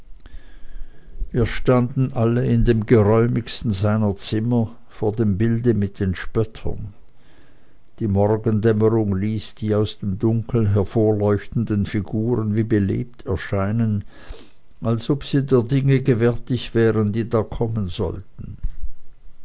wir standen alle in dem geräumigsten seiner zimmer vor dem bilde mit den spöttern die morgendämmerung ließ die aus dem dunkel hervorleuchtenden figuren wie belebt erscheinen als ob sie der dinge gewärtig wären die da kommen sollten